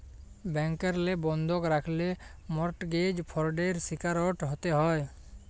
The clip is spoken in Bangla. ব্যাংকেরলে বন্ধক রাখল্যে মরটগেজ ফরডের শিকারট হ্যতে হ্যয়